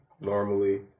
normally